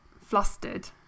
flustered